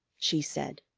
she said.